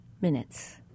minutes